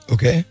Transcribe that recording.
Okay